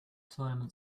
tournament